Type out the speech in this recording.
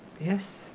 yes